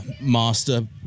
master